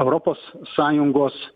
europos sąjungos